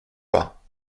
pas